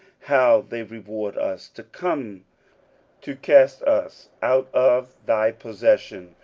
how they reward us, to come to cast us out of thy possession,